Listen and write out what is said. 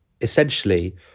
essentially